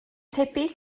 tebyg